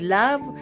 love